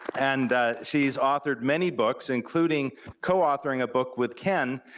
and she's authored many books, including co-authoring a book with ken,